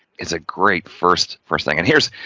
it's a great first, first thing and here's,